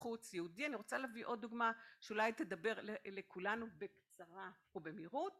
חוץ יהודי אני רוצה להביא עוד דוגמה שאולי תדבר לכולנו בקצרה ובמהירות